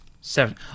Seven